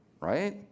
right